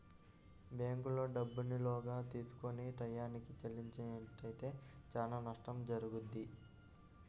బ్యేంకుల్లో డబ్బుని లోనుగా తీసుకొని టైయ్యానికి చెల్లించనట్లయితే చానా నష్టం జరుగుద్ది